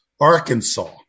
Arkansas